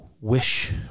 wish